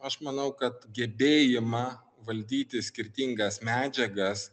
aš manau kad gebėjimą valdyti skirtingas medžiagas